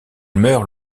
meurt